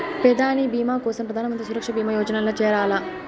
పెదాని బీమా కోసరం ప్రధానమంత్రి సురక్ష బీమా యోజనల్ల చేరాల్ల